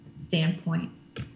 standpoint